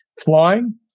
flying